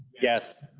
yes.